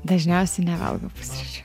dažniausiai nevalgau pusryčių